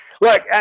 Look